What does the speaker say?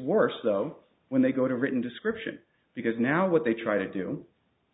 worse though when they go to a written description because now what they try to do